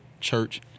Church